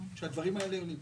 שהדברים האלה עולים.